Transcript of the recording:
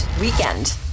weekend